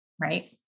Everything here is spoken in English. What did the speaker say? Right